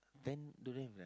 ten don't have ah